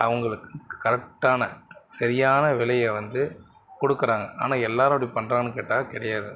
அவங்களுக்கு கரெக்டான சரியான விலையை வந்து கொடுக்குறாங்க ஆனால் எல்லாரும் அப்படி பண்றாங்கன்னு கேட்டால் கிடையாது